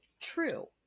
true